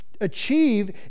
achieve